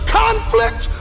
conflict